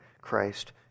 Christ